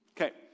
Okay